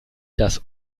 das